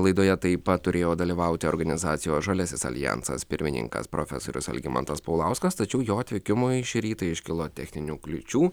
laidoje taip pat turėjo dalyvauti organizacijos žaliasis aljansas pirmininkas profesorius algimantas paulauskas tačiau jo atvykimui šį rytą iškilo techninių kliūčių